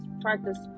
practice